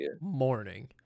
morning